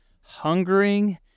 hungering